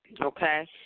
Okay